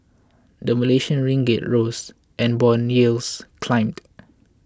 the Malaysian Ringgit rose and bond yields climbed